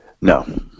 No